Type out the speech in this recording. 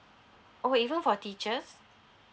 oh even for teachers